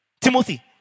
Timothy